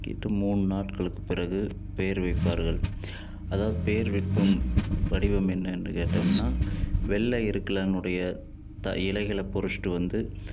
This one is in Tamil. கிட்டே மூணு நாட்களுக்கு பிறகு பேர் வைப்பார்கள் அதாவது பேர் விருப்பம் வடிவம் என்னன்னு கேட்டோம்ன்னா வெள்ளை எருக்கில் அதனுடைய இலைகலை பறிச்சிட்டு வந்து